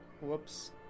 Whoops